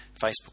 Facebook